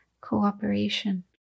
cooperation